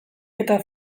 eta